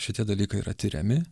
šitie dalykai yra tiriami